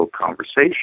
conversation